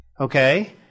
Okay